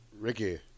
Ricky